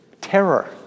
terror